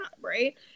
right